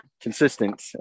consistent